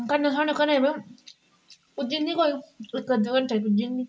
कन्नै साढ़े घरे च ना पुज्जी जंदी कोई इक अद्धे घंटे च पुज्जी जंदी